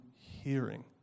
hearing